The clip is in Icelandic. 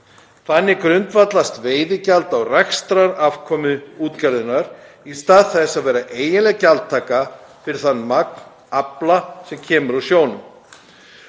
Þannig grundvallast veiðigjald á rekstrarafkomu útgerðarinnar, í stað þess að vera eiginleg gjaldtaka fyrir það magn afla sem kemur úr sjónum.